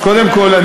אז קודם כול,